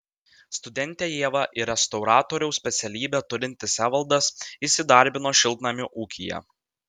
studentė ieva ir restauratoriaus specialybę turintis evaldas įsidarbino šiltnamių ūkyje